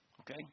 Okay